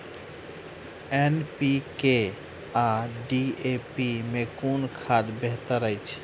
NPK आ DAP मे कुन खाद बेहतर अछि?